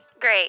Great